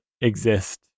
exist